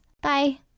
Bye